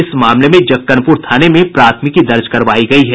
इस मामले में जक्कनपूर थाने में प्राथमिकी दर्ज करायी गयी है